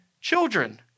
children